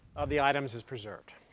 of the items is preserved.